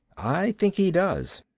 i think he does.